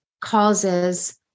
causes